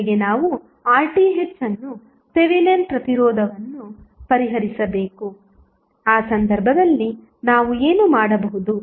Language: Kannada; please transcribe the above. ಮೊದಲಿಗೆ ನಾವು RTh ಅನ್ನು ಥೆವೆನಿನ್ ಪ್ರತಿರೋಧವನ್ನು ಪರಿಹರಿಸಬೇಕು ಆ ಸಂದರ್ಭದಲ್ಲಿ ನಾವು ಏನು ಮಾಡಬಹುದು